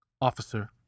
officer